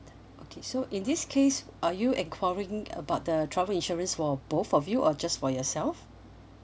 okay so in this case are you enquiring about the travel insurance for both of you or just for yourself